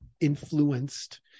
influenced